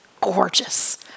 gorgeous